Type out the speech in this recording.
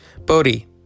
Bodhi